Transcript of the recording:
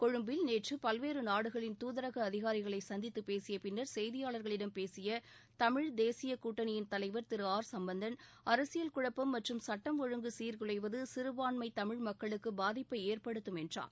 கொழும்பில் நேற்று பல்வேறு நாடுகளின் தூதரக அதிகாரிகளை சந்தித்து பேசிய பின்னர் செய்தியாள்களிடம் பேசிய தமிழ் தேசிய கூட்டணியிள் தலைவர் திரு ஆர் சும்பந்தன் அரசியல் குழப்பம் மற்றும் சட்டம் ஒழுங்கு சீர்குலைவது சிறுபான்மை தமிழ் மக்களுக்கு பாதிப்பை ஏற்படுத்தும் என்றார்